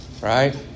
Right